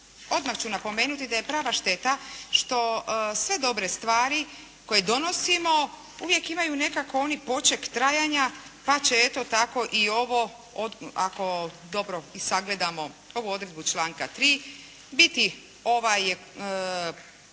odmah ću napomenuti da je prava šteta što sve dobre stvari koje donosimo uvijek imaju nekako oni poček trajanja pa će eto tako i ovo ako dobro i sagledamo ovu odredbu članka 3. biti ovaj